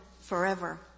forever